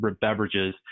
beverages